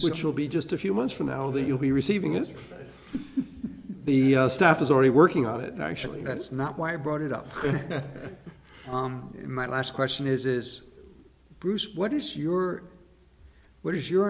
which will be just a few months from now that you'll be receiving it the staff is already working on it actually that's not why i brought it up in my last question is is bruce what is your what is your